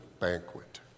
banquet